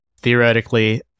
Theoretically